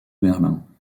berlin